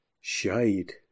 Shade